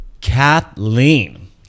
Kathleen